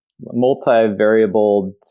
multi-variable